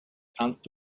kannst